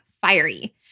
fiery